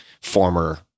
former